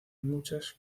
muchas